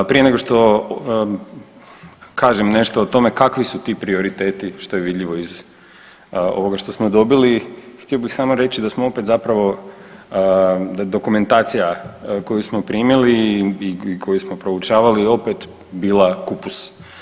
Prije nego što kažem nešto o tome kakvi su ti prioriteti što je vidljivo iz ovoga što smo dobili, htio bi samo reći da smo opet zapravo, dokumentacija koju smo primili i koju smo proučavali opet bila kupus.